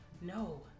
No